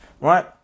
right